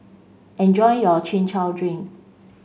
enjoy your Chin Chow Drink